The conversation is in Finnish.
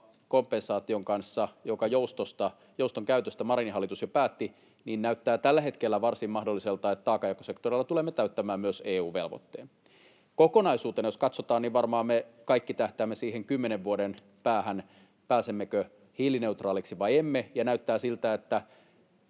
päästökauppakompensaation kanssa, jonka jouston käytöstä Marinin hallitus jo päätti, näyttää tällä hetkellä varsin mahdolliselta, että taakanjakosektorilla tulemme täyttämään myös EU-velvoitteen. Kokonaisuutena jos katsotaan, niin varmaan me kaikki tähtäämme siihen kymmenen vuoden päähän, pääsemmekö hiilineutraaliksi vai emme. Näyttää siltä, että